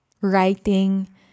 writing